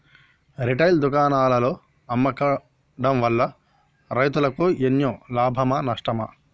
Retail దుకాణాల్లో అమ్మడం వల్ల రైతులకు ఎన్నో లాభమా నష్టమా?